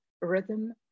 rhythm